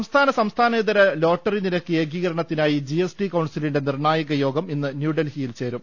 സംസ്ഥാന സംസ്ഥാനേതര ലോട്ടറി നിരക്ക് ഏകീകരണ ത്തിനായി ജി എസ് ടി കൌൺസിലിന്റെ നിർണായക് യോഗം ഇന്ന് ന്യൂഡൽഹിയിൽ ചേരും